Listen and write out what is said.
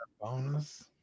bonus